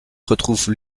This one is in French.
retrouve